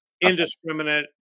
indiscriminate